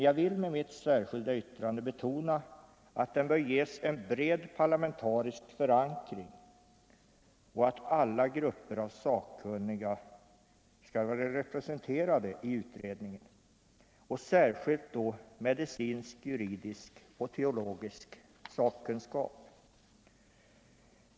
Jag vill med mitt särskilda yttrande betona att den bör ges en bred parlamentarisk förankring och att alla grupper av sakkunniga skall vara representerade i den, särskilt då medicinsk, juridisk och teologisk sakkunskap.